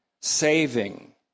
saving